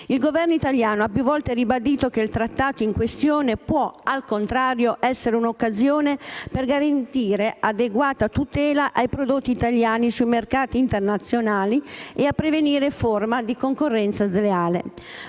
Il Governo italiano ha più volte ribadito che il Trattato in questione può, al contrario, essere un'occasione per garantire adeguata tutela ai prodotti italiani sui mercati internazionali e prevenire forme di concorrenza sleale.